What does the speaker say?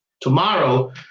Tomorrow